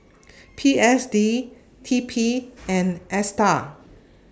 P S D T P and ASTAR